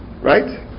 Right